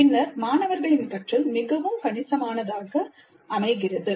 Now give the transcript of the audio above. பின்னர் மாணவர்களின் கற்றல் மிகவும் கணிசமானதாக அமைகிறது